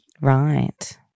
Right